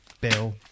Bill